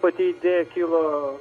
pati idėja kilo